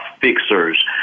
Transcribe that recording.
fixers